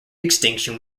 extinction